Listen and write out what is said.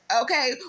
okay